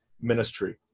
ministry